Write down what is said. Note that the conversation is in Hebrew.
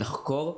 לחקור,